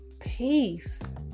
peace